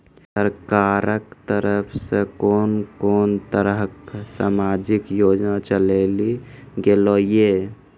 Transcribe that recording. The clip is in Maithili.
सरकारक तरफ सॅ कून कून तरहक समाजिक योजना चलेली गेलै ये?